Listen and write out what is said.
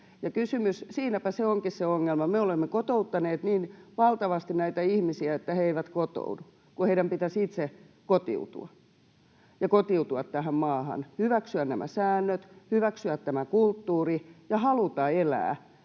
siinäpä se ongelma onkin, me olemme kotouttaneet niin valtavasti näitä ihmisiä, että he eivät kotoudu. Heidän pitäisi itse kotiutua, kotiutua tähän maahan, hyväksyä nämä säännöt, hyväksyä tämä kulttuuri ja haluta elää